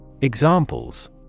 Examples